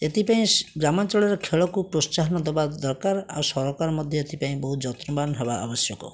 ଏଥିପାଇଁ ଗ୍ରାମାଞ୍ଚଳରେ ଖେଳକୁ ପ୍ରୋତ୍ସାହନ ଦବା ଦରକାର ଆଉ ସରକାର ମଧ୍ୟ ଏଥିପାଇଁ ବହୁତ ଯତ୍ନବାନ ହେବା ଆବଶ୍ୟକ